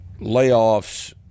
layoffs